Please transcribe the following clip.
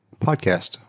podcast